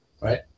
right